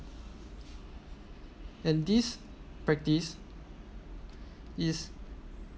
and this practice is